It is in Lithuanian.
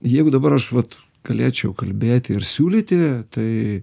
jeigu dabar aš vat galėčiau kalbėti ir siūlyti tai